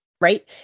right